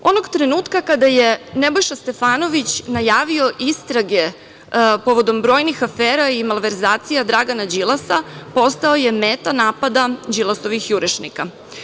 Onog trenutka kada je Nebojša Stefanović najavio istrage povodom brojnih afera i malverzacija Dragana Đilasa, postao je meta napada Đilasovih jurišnika.